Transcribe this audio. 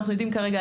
אנחנו יודעים כרגע,